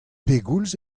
pegoulz